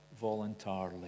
voluntarily